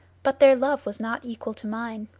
but their love was not equal to mine.